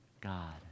God